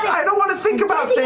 i don't want to think about